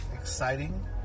exciting